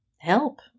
Help